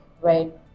right